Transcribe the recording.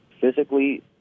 physically